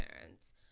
parents